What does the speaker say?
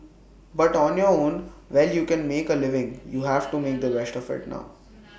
but on your own well you can make A living you have to make the best of IT now